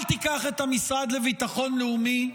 אל תיקח את המשרד לביטחון לאומי.